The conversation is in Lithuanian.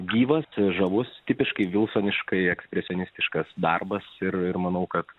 gyvas ir žavus tipiškai vilsoniškai ekspresionistiškas darbas ir ir manau kad